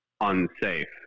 unsafe